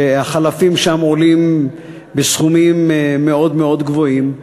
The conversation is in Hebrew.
שם החלפים עולים סכומים מאוד גבוהים,